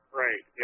right